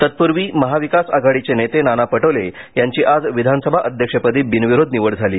तत्पूर्वी महाविकास आघाडीचे नेते नाना पटोले यांची आज विधानसभा अध्यक्षपदी बिनविरोध निवड झाली